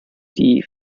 die